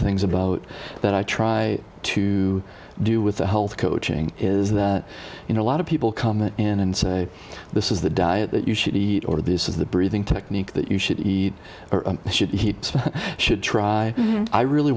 things about that i try to do with the health coaching is that you know a lot of people come in and say this is the diet that you should eat or this is the breathing technique that you should eat or should he should try i really